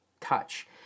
touch